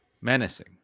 menacing